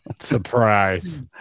surprise